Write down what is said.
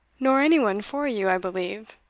nor any one for you, i believe,